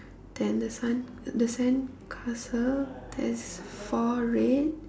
then the sand the sandcastle there's four red